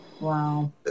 Wow